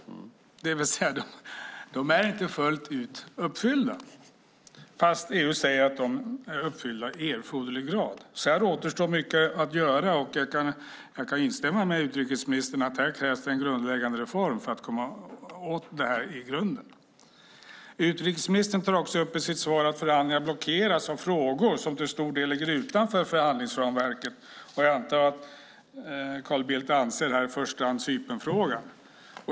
De är alltså inte fullt ut uppfyllda, fast EU säger att de är uppfyllda i erforderlig grad. Här återstår alltså mycket att göra, och jag kan instämma med utrikesministern att det krävs en grundläggande reform för att komma åt detta i grunden. Utrikesministern tar också upp i sitt svar att förhandlingarna blockeras av frågor som till stor del ligger utanför förhandlingsramverket. Jag antar att Carl Bildt här i första hand avser Cypernfrågan.